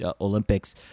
Olympics